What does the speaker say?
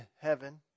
heaven